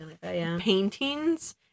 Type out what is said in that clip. paintings